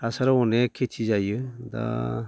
हासाराव अनेक खेथि जायो दा